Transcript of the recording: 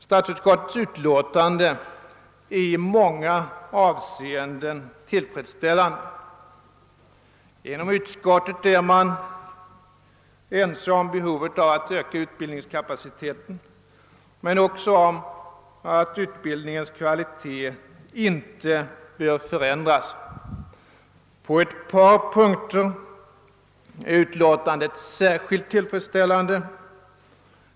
Statsutskottets utlåtande är i många avseenden tillfredsställande. Inom utskottet är man ense om behovet av att öka utbildningskapaciteten men också om att utbildningens kvalitet inte bör förändras. På ett par punkter är utlåtandet särskilt tillfredsställande.